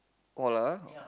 all ah